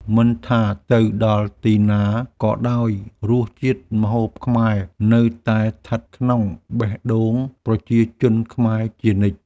មិនថាទៅដល់ទីណាក៏ដោយ រសជាតិម្ហូបខ្មែរនៅតែស្ថិតក្នុងបេះដូងប្រជាជនខ្មែរជានិច្ច។